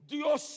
Dios